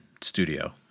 studio